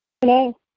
Hello